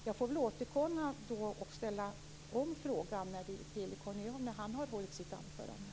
Jag får väl återkomma och ställa om frågan till Conny Öhman när han har hållit sitt anförande.